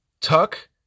Tuck